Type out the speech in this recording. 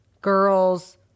girls